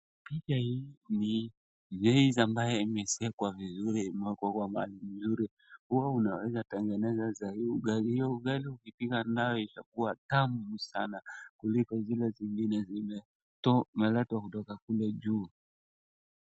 Picha hii ni maize ambayo imesiagwa vizuri, hii inatengeneza sahii ugali, hiyo ugali ukipika nayo itakuwa tamu sana kuliko zile zingine zimeletwa kutoka kule juu.